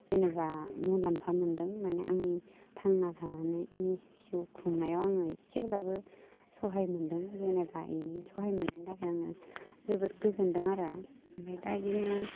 जेनेबा मुलाम्फा मोन्दों माने आंनि थांना थानायनि जिउ खुंनायाव आङो एसेब्लाबो सहाय मोन्दों जेनेबा बेनि सहाय मोननो थाखाय आङो जोबोद गोजोनदों आरो ओमफ्राय दा बिदिनो